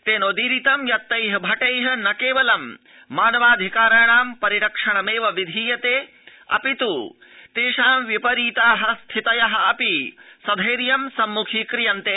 तेनोदीरितं यत्तै भटै न केवलं मानवाधिकाराणां परिरक्षणमेव विधीयते अपि तु तेषां विपरीता स्थितय अपि सधैयं संमुखीक्रियन्ते